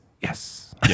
Yes